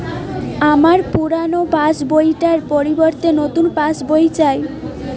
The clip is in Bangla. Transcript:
আমার পুরানো পাশ বই টার পরিবর্তে নতুন পাশ বই চাই